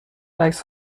عکس